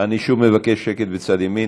אני שוב מבקש שקט בצד ימין.